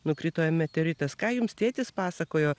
nukrito meteoritas ką jums tėtis pasakojo